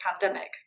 pandemic